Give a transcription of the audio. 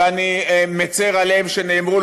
ואני מצר על כך שנאמרו,